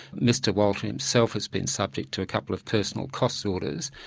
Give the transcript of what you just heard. mr walter himself has been subject to a couple of personal cost orders,